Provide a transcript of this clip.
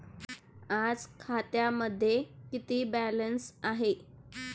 आज खात्यामध्ये किती बॅलन्स आहे?